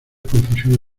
confusión